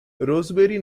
rosebery